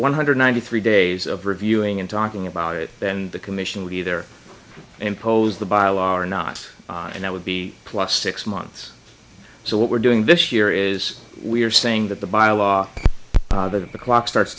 one hundred ninety three days of reviewing and talking about it then the commission would either impose the buy a law or not and that would be plus six months so what we're doing this year is we're saying that the by a law that the clock starts